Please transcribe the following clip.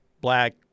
black